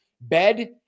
bed